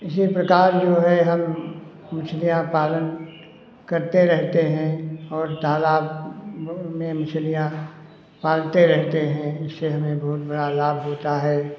इसी प्रकार जो है हम मछलियाँ पालन करते रहते हैं और तालाब में मछलियाँ पालते रहते हैं इससे हमें बहुत बड़ा लाभ होता है